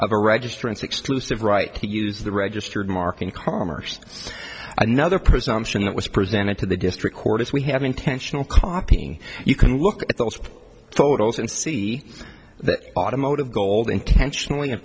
evidence of a registrants exclusive right to use the registered mark in commerce so another presumption that was presented to the district court is we have intentional copying you can look at those photos and see that automotive gold intentionally